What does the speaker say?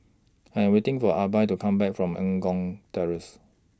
I Am waiting For Arba to Come Back from Eng Kong Terrace